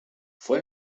fue